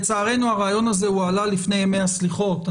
לצערנו הרעיון הזה הועלה לפני ימי הסליחות,